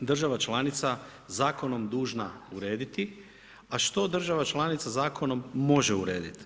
država članica zakonom dužna urediti, a što država članica zakonom može uredit.